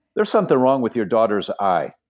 there's something wrong with your daughter's eye.